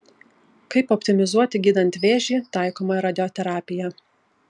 kaip optimizuoti gydant vėžį taikomą radioterapiją